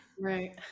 Right